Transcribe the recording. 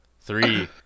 Three